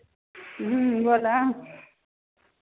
ह्म्म बोलह